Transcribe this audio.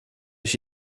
ich